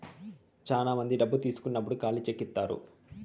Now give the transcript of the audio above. శ్యానా మంది డబ్బు తీసుకున్నప్పుడు ఖాళీ చెక్ ఇత్తారు